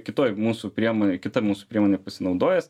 kitoj mūsų priemonėj kita mūsų priemone pasinaudojęs